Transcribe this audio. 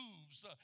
moves